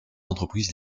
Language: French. entreprises